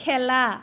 খেলা